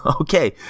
Okay